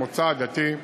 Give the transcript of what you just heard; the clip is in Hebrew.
מוצא עדתי,